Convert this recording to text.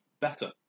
better